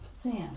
Sam